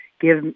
give